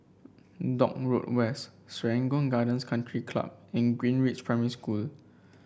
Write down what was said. Dock Road West Serangoon Gardens Country Club and Greenridge Primary School